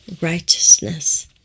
righteousness